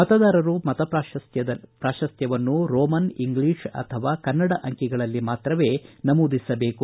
ಮತದಾರರು ಮತಪಕ್ರದಲ್ಲಿ ಪ್ರಾಶಸ್ತ್ರವನ್ನು ರೋಮನ್ ಇಂಗ್ಲಿಷ್ ಅಥವಾ ಕನ್ನಡ ಅಂಕಿಗಳಲ್ಲಿ ಮಾತ್ರವೇ ನಮೂದಿಸಬೇಕು